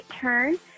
turn